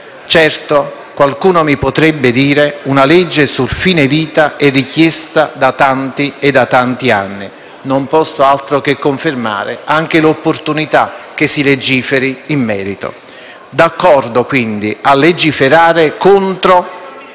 Certo, qualcuno mi potrebbe dire che una legge sul fine vita è richiesta da tanti e tanti anni. Non posso fare altro che confermare anche l'opportunità che si legiferi in merito. Sono d'accordo, quindi, a legiferare contro